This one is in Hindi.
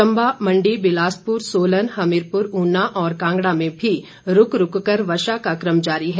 चंबा मंडी बिलासपुर सोलन हमीरपुर ऊना और कांगड़ा में भी रूक रूक कर वर्षा का क्रम जारी है